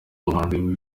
ubuhanzi